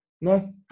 No